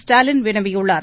ஸ்டாலின் வினவியுள்ளார்